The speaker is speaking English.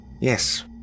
yes